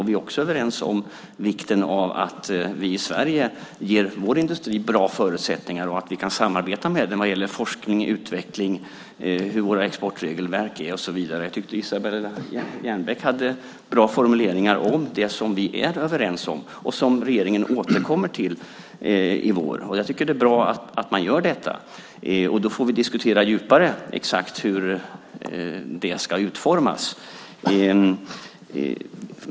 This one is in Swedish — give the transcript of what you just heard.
Vi är också överens om vikten av att vi i Sverige ger vår industri bra förutsättningar och att vi kan samarbeta med den vad gäller forskning, utveckling, hur våra exportregelverk är och så vidare. Jag tyckte att Isabella Jernbeck hade bra formuleringar om det som vi är överens om och som regeringen återkommer till i vår. Jag tycker att det är bra att man gör detta. Då får vi diskutera djupare exakt hur det ska utformas.